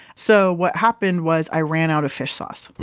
so what happened was i ran out of fish sauce.